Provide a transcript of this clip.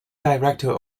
director